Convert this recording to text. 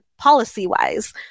policy-wise